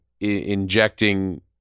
injecting